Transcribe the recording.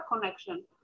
connection